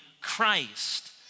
Christ